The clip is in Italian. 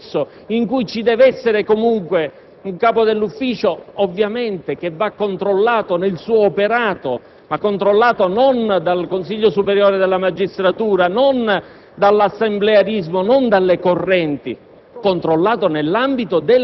di indirizzo, in cui ci deve essere comunque un capo dell'ufficio che ovviamente va controllato nel suo operato, ma non dal Consiglio superiore della magistratura, non dall'assemblearismo, non dalle correnti,